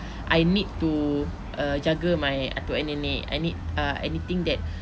I need to err jaga my atuk and nenek I need uh anything that